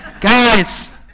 Guys